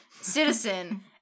citizen